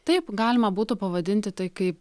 taip galima būtų pavadinti tai kaip